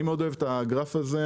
אני מאוד אוהב את הגרף הזה.